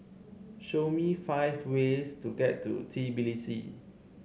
show me five ways to get to Tbilisi